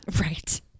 right